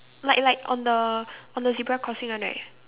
like like on the on the zebra crossing one right